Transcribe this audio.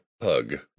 Pug